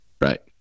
right